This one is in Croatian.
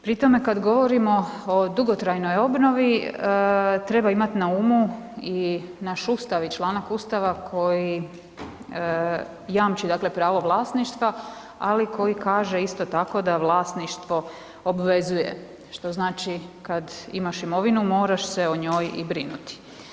Pri tome kad govorimo o dugotrajnoj obnovi treba imat na umu i naš ustav i članak ustava koji jamči, dakle pravo vlasništva, ali koji kaže isto tako da vlasništvo obvezuje, što znači kad imaš imovinu moraš se o njoj i brinuti.